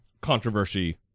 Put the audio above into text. controversy